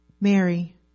Mary